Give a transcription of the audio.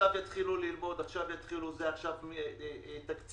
עכשיו יתחילו ללמוד, עכשיו זה, תקציבים,